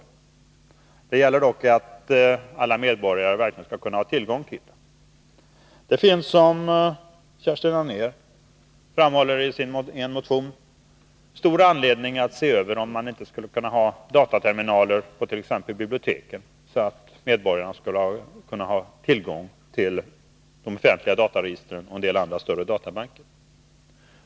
Det gäller dock att alla medborgare verkligen kan ha tillgång till dem. Det finns, som Kerstin Anér framhåller i en motion, stor anledning att se över om vi inte skulle kunna ha dataterminaler på t.ex. biblioteken, så att medborgarna får tillgång till de offentliga dataregistren och en del andra större databanker.